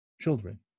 Children